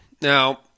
Now